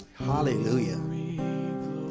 hallelujah